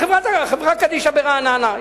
חברה קדישא ברעננה,